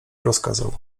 rozkazał